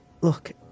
Look